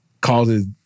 causes